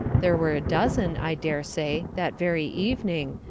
there were a dozen, i dare say, that very evening,